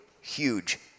huge